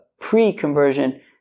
pre-conversion